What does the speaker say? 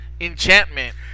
Enchantment